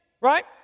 right